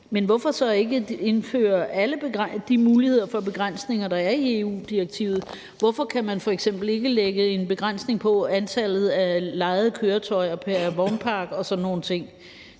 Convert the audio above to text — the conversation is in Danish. men hvorfor så ikke indføre alle de muligheder for begrænsninger, der er i EU-direktivet? Hvorfor kan man f.eks. ikke lægge en begrænsning på antallet af lejede køretøjer pr. vognpark